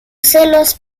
celos